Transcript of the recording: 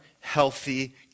healthy